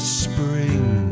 spring